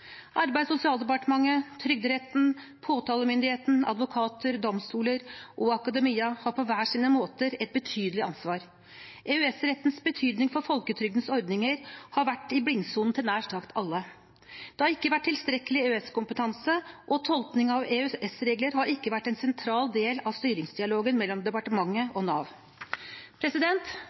Arbeids- og sosialdepartementet, Trygderetten, påtalemyndigheten, advokater, domstoler og akademia har på hver sine måter et betydelig ansvar. EØS-rettens betydning for folketrygdens ordninger har vært i blindsonen til nær sagt alle. Det har ikke vært tilstrekkelig EØS-kompetanse, og tolkning av EØS-regler har ikke vært en sentral del av styringsdialogen mellom departementet og Nav.